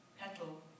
petal